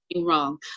wrong